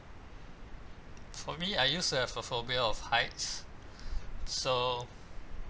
for me I used to have a phobia of heights so